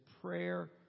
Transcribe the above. prayer